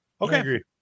Okay